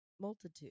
multitude